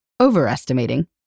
overestimating